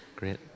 Great